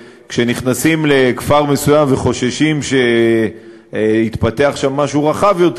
כשנכנסים לכפר מסוים וחוששים שיתפתח שם משהו רחב יותר,